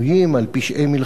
על פשעי מלחמה,